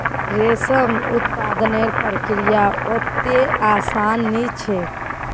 रेशम उत्पादनेर प्रक्रिया अत्ते आसान नी छेक